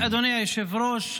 אדוני היושב-ראש,